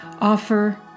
Offer